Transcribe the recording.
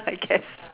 I guess